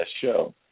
show